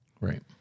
Right